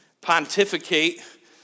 pontificate